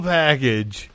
package